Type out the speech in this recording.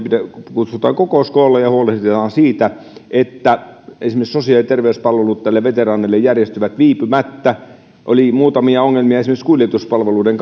kutsutaan kokous koolle ja huolehditaan siitä että esimerkiksi sosiaali ja terveyspalvelut veteraanille järjestyvät viipymättä oli muutamia ongelmia esimerkiksi kuljetuspalveluiden